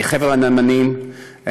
מחבר הנאמנים,